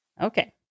Okay